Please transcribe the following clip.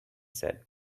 said